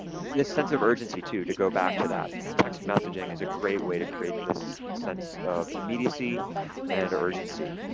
this sense of urgency to to go back to that text messaging is a great way to create this sense of immediacy and urgency.